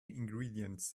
ingredients